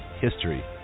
history